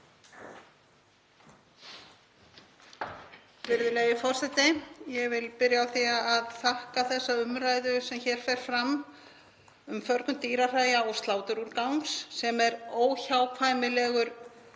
Virðulegi forseti. Ég vil byrja á því að þakka þessa umræðu sem hér fer fram um förgun dýrahræja og sláturúrgangs sem er óhjákvæmilegur